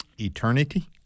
eternity